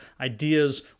ideas